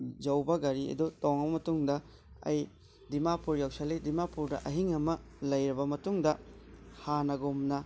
ꯌꯧꯕ ꯒꯥꯔꯤ ꯑꯗꯨ ꯇꯣꯡꯉꯕ ꯃꯇꯨꯡꯗ ꯑꯩ ꯗꯤꯃꯥꯄꯨꯔ ꯌꯧꯁꯤꯜꯂꯤ ꯗꯤꯃꯥꯄꯨꯔꯗ ꯑꯍꯤꯡ ꯑꯃ ꯂꯩꯔꯕ ꯃꯇꯨꯡꯗ ꯍꯥꯟꯅꯒꯨꯝꯅ